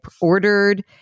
ordered